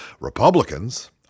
Republicans